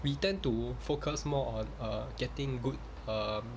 we tend to focus more on err getting good um